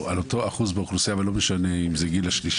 על אותו אחוז האוכלוסייה ולא משנה אם זה חרדים,